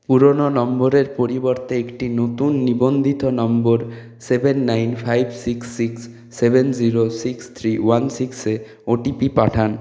পুরনো নম্বরের পরিবর্তে একটি নতুন নিবন্ধিত নম্বর seven nine five six six seven zero six three one সিক্সে ওটিপি পাঠান